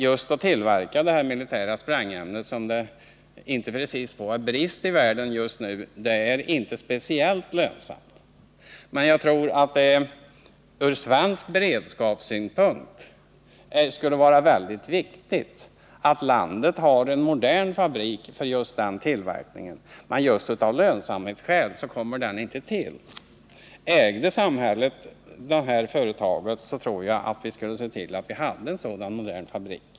Att tillverka det här militära sprängämnet, som det inte är precis brist på i världen just nu, är inte speciellt lönsamt. Från svensk beredskapssynpunkt skulle det emellertid, enligt min mening, vara mycket bra om landet hade en modern fabrik för just den här sortens tillverkning. Men av just lönsamhetsskäl blir det ingenting av. Ägde staten det här företaget tror jag att staten skulle se till att vi hade en sådan modern fabrik.